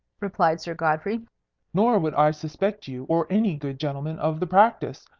replied sir godfrey nor would i suspect you or any good gentleman of the practice,